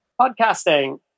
Podcasting